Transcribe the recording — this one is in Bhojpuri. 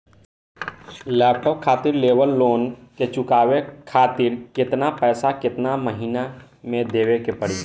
लैपटाप खातिर लेवल लोन के चुकावे खातिर केतना पैसा केतना महिना मे देवे के पड़ी?